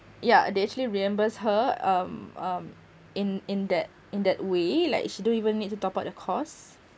yeah they actually reimbursed her um um in in that in that way like she don't even need to top up the cost